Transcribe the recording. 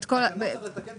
תקנות צריך לתקן.